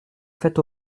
faites